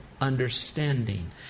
understanding